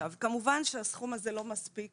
כמובן שהסכום הזה לא מספיק